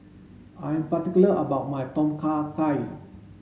I'm particular about my Tom Kha Gai